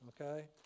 Okay